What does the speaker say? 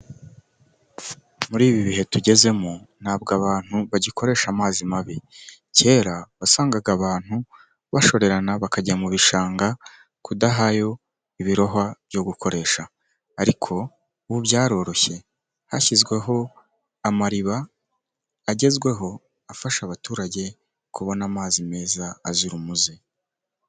Muri ibi bihe tugezemo, ntabwo abantu bagikoresha amazi mabi, kera wasangaga abantu bashorerana bakajya mu bishanga kudahayo ibirohwa byo gukoresha, ariko ubu byaroroshye, hashyizweho amariba agezweho, afasha abaturage kubona amazi meza azira umuze.